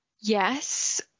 Yes